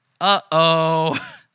Uh-oh